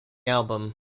album